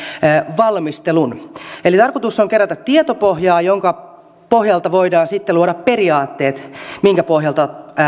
valmistelun tarkoitus on kerätä tietopohjaa jonka pohjalta voidaan luoda periaatteet minkä pohjalta